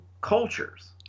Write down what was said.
cultures